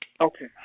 Okay